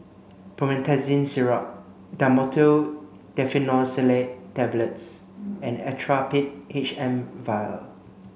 Promethazine Syrup Dhamotil Diphenoxylate Tablets and Actrapid H M vial